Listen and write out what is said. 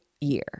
year